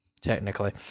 technically